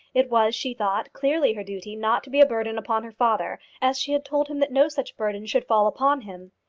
it was, she thought, clearly her duty not to be a burden upon her father, as she had told him that no such burden should fall upon him.